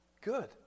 good